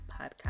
Podcast